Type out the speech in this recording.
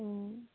অঁ